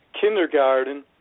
kindergarten